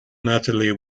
natalie